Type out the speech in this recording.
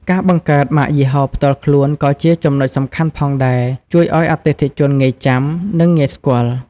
ការបង្កើតម៉ាកយីហោផ្ទាល់ខ្លួនក៏ជាចំណុចសំខាន់ផងដែរជួយឲ្យអតិថិជនងាយចាំ និងងាយស្គាល់។